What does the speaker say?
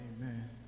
Amen